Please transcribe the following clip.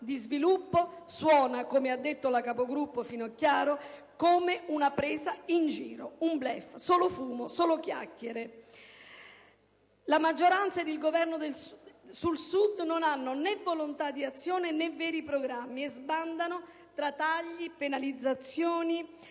di sviluppo, suona, come ha detto la Capogruppo, senatrice Finocchiaro, come una presa in giro. Solo un *bluff*. Solo fumo. Solo chiacchiere. La maggioranza ed il Governo sul Sud non hanno né volontà di azione né veri programmi e sbandano tra tagli, penalizzazioni